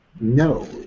No